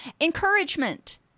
Encouragement